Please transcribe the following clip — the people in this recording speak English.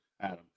Adam